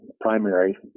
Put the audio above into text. primary